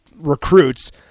recruits